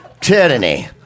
Tyranny